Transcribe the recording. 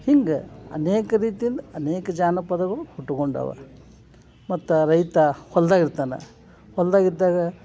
ಹಿಂಗೆ ಅನೇಕ ರೀತಿಲಿ ಅನೇಕ ಜಾನಪದಗಳು ಹುಟ್ಕೊಂಡಾವ ಮತ್ತು ರೈತ ಹೊಲ್ದಾಗ ಇರ್ತಾನೆ ಹೊಲ್ದಾಗ ಇದ್ದಾಗ